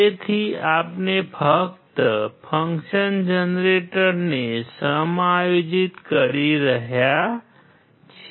તેથી આપણે ફક્ત ફંક્શન જનરેટરને સમાયોજિત કરી રહ્યા છીએ